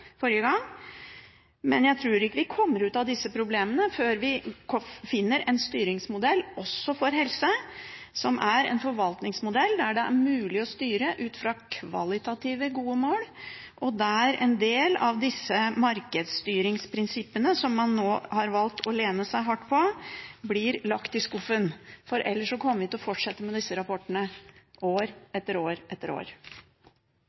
forrige gang, men jeg tror ikke vi kommer ut av disse problemene før vi finner en styringsmodell også for helse, som er en forvaltningsmodell der det er mulig å styre ut ifra kvalitativt gode mål, der en del av disse markedsstyringsprinsippene, som man nå har valgt å lene seg hardt på, blir lagt i skuffen – ellers kommer vi til å fortsette med disse rapportene år etter år